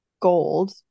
gold